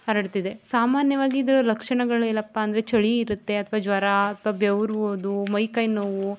ಹರಡ್ತಿದೆ ಸಾಮಾನ್ಯವಾಗಿ ಇದರ ಲಕ್ಷಣಗಳು ಏನಪ್ಪ ಅಂದರೆ ಚಳಿ ಇರುತ್ತೆ ಅಥವಾ ಜ್ವರ ಅಥವ ಬೆವರುವುದು ಮೈ ಕೈ ನೋವು